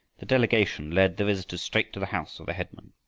the delegation led the visitors straight to the house of the headman.